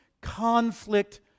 conflict